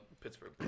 Pittsburgh